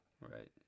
Right